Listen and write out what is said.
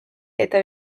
eta